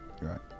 Right